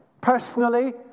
personally